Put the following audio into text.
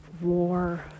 war